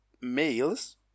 males